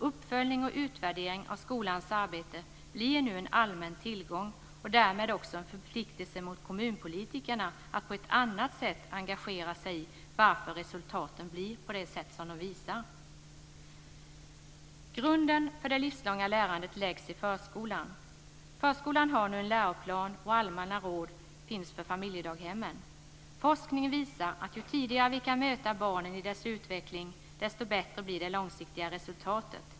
Uppföljning och utvärdering av skolans arbete blir nu en allmän tillgång och därmed också en förpliktelse mot kommunpolitikerna att på ett annat sätt engagera sig för varför resultaten blir på det sätt som de visar. Grunden för det livslånga lärandet läggs i förskolan. Förskolan har nu en läroplan, och allmänna råd finns för familjedaghemmen. forskningen visar att ju tidigare vi kan möta barnen i deras utveckling, desto bättre blir det långsiktiga resultatet.